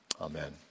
Amen